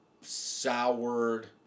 soured